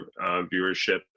viewership